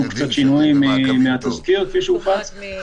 עם קצת שינויים מהתזכיר כפי שהופץ.